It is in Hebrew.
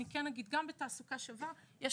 גם בתעסוקה שווה יש